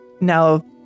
now